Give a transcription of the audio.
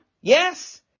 yes